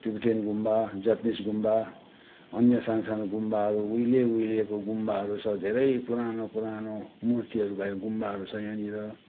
Tibetan गुम्बा Japanese गुम्बा अन्य सानसानो गुम्बाहरू उहिले उहिलेको गुम्बाहरू छ धेरै पुरानो पुरानो मूर्तिहरू भएको गुम्बाहरू छ यहाँनिर